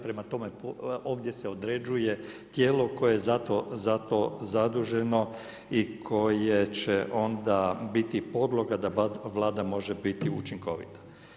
Prema tome, ovdje se određuje, tijelo koje je za to zaduženo i koje će onda biti podloga da Vlada može biti učinkovita.